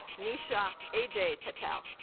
nisha ajay patel